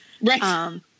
Right